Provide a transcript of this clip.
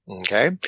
Okay